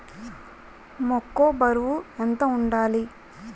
మొక్కొ బరువు ఎంత వుండాలి?